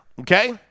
Okay